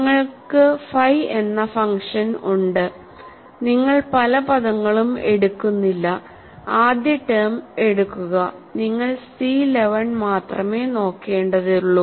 നിങ്ങൾക്ക് ഫൈ എന്ന ഫംഗ്ഷൻ ഉണ്ട് നിങ്ങൾ പല പദങ്ങളും എടുക്കുന്നില്ല ആദ്യ ടേം എടുക്കുക നിങ്ങൾ C 11 മാത്രമേ നോക്കേണ്ടതുള്ളൂ